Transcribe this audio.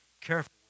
careful